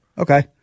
Okay